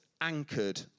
anchored